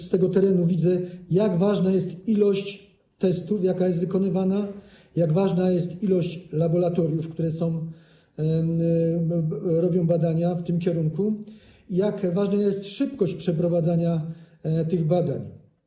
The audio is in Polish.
Z terenu widzę, jak ważna jest ilość testów, jaka jest wykonywana, jak ważna jest ilość laboratoriów, które robią badania w tym kierunku, i jak ważna jest szybkość przeprowadzania tych badań.